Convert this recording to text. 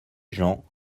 gens